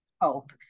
hope